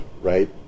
right